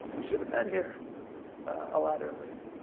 we should've been here a lot earlier.